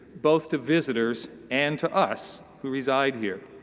both to visitors and to us who reside here.